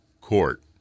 court